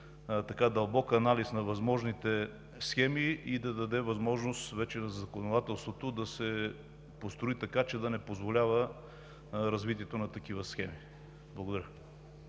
един дълбок анализ на възможните схеми и да даде възможност вече на законодателството да се построи така, че да не позволява развитието на такива схеми. Благодаря.